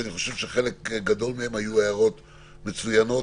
שחלק גדול מהן היו הערות מצוינות,